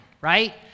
right